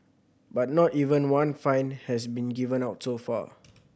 but not even one fine has been given out so far